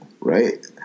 right